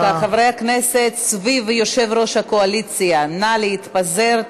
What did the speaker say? חברי הכנסת סביב יושב-ראש הקואליציה, נא להתפזר.